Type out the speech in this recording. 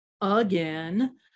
again